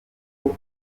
kuko